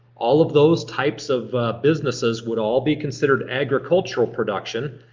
all of those types of businesses would all be considered agricultural production.